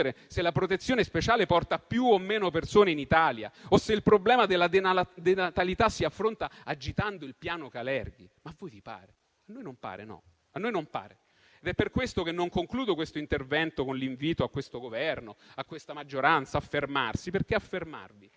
se la protezione speciale porti più o meno persone in Italia o se il problema della denatalità si affronta agitando il piano Kalergi? A noi così non pare ed è per questo che non concludo questo intervento con l'invito al Governo e alla maggioranza a fermarsi, perché a fermarvi